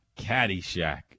Caddyshack